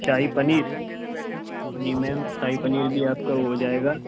शाही पनीर जी मैम शाही पनीर भी आपका हो जाएगा